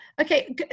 okay